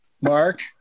Mark